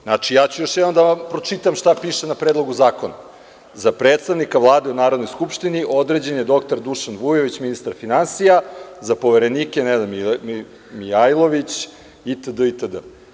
Znači, ja ću još jednom da pročitam šta piše na Predlogu zakona – za predstavnika Vlade u Narodnoj skupštini određen je dr Dušan Vujović, ministar finansija, za poverenike Nenad Mijailović, itd, itd.